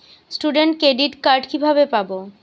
Student credit card কিভাবে পাব?